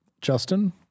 Justin